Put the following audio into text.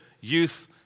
youth